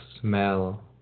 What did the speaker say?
smell